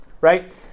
right